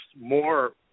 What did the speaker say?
more